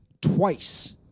twice